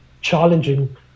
challenging